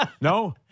No